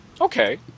Okay